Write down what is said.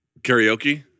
karaoke